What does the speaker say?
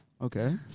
Okay